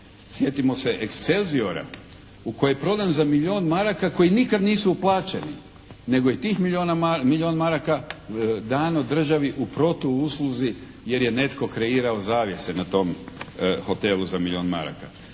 Sjetimo se "Excelziora" u koji je prodan za milijun maraka koji nikad nisu uplaćeni, nego je tih milijun maraka dano državi u protuusluzi jer je netko kreirao zavjese na tom hotelu za milijun maraka.